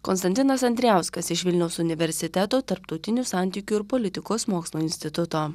konstantinas andrijauskas iš vilniaus universiteto tarptautinių santykių ir politikos mokslų instituto